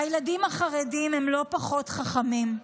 הילדים החרדים הם לא פחות חכמים,